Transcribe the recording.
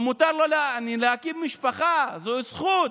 ומותר לו להקים משפחה, זו זכות